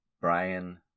Brian